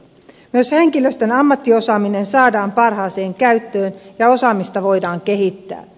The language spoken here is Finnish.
myös henkilöstön ammattiosaaminen saadaan parhaaseen käyttöön ja osaamista voidaan kehittää